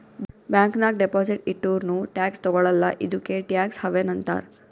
bank ನಾಗ್ deposit ಇಟ್ಟುರ್ನೂ tax ತಗೊಳಲ್ಲ ಇದ್ದುಕೆ ಟ್ಯಾಕ್ಸ್ ಹವೆನ್ ಅಂತಾರ್